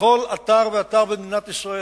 בכל אתר ואתר במדינת ישראל.